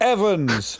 Evans